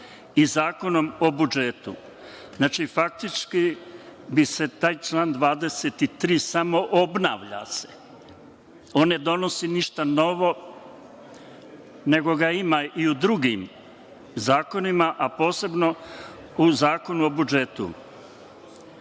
i Zakonom o budžetu. Znači, faktički se taj član 23. samo obnavlja, on ne donosi ništa novo, nego ga ima i u drugim zakonima, a posebno u Zakonu o budžetu.